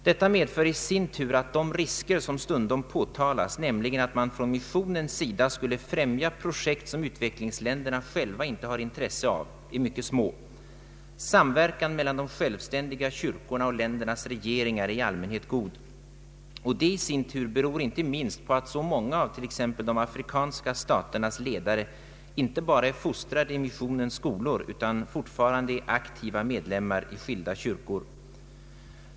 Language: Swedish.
Detta medför i sin tur att de risker som stundom påtalas, nämligen att man från missionens sida skulle främja projekt som utvecklingsländerna själva inte har intresse av, är mycket små. Samverkan mellan de självständiga kyrkorna och u-ländernas regeringar är i all mänhet god. Detta i sin tur beror inte minst på att så många av t.ex. de afrikanska staternas ledare inte bara är fostrade i missionens skolor utan fortfarande är aktiva medlemmar i skilda kyrkor.